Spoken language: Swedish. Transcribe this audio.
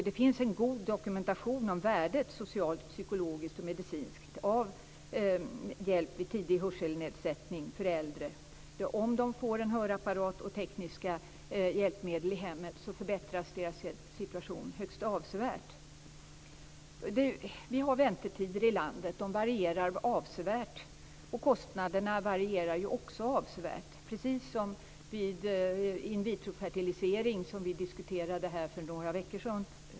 Det finns en god dokumentation av värdet socialt, psykologiskt och medicinskt av hjälp vid tidig hörselnedsättning för äldre. Om de får en hörapparat och tekniska hjälpmedel i hemmet, förbättras deras situation högst avsevärt. Väntetiderna liksom kostnaderna här varierar avsevärt i landet, precis som vid in vitro-fertilisering, som socialministern och jag diskuterade här för några veckor sedan.